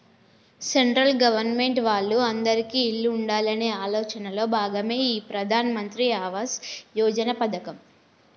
central government వాళ్ళు అందిరికీ ఇల్లు ఉండాలనే ఆలోచనలో భాగమే ఈ ప్రధాన్ మంత్రి ఆవాస్ యోజన పథకం